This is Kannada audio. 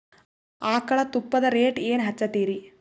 ಆಕಳ ತುಪ್ಪದ ರೇಟ್ ಏನ ಹಚ್ಚತೀರಿ?